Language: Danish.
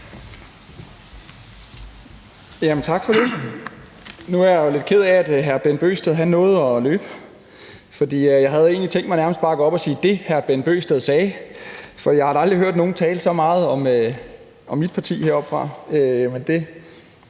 Tak for det. Nu er jeg lidt ked af, at hr. Bent Bøgsted nåede at løbe, for jeg havde egentlig tænkt mig bare at gå op og sige det, hr. Bent Bøgsted sagde. For jeg har da aldrig hørt nogen tale så meget om mit parti heroppefra.